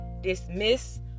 dismiss